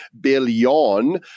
billion